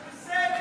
וזה בסדר.